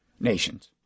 nations